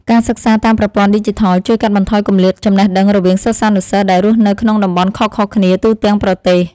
ការសិក្សាតាមប្រព័ន្ធឌីជីថលជួយកាត់បន្ថយគម្លាតចំណេះដឹងរវាងសិស្សានុសិស្សដែលរស់នៅក្នុងតំបន់ខុសៗគ្នាទូទាំងប្រទេស។